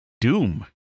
Doom